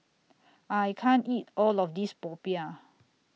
I can't eat All of This Popiah